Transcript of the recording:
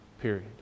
period